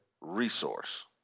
resource